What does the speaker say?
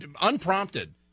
unprompted